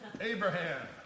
Abraham